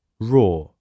raw